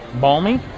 balmy